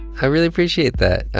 i really appreciate that.